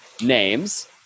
names